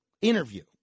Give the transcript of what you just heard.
interview